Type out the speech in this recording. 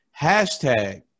Hashtag